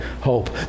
hope